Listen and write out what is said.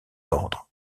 ordres